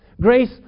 grace